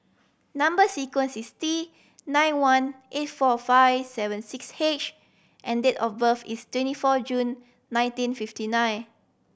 number sequence is T nine one eight four five seven six H and date of birth is twenty four June nineteen fifty nine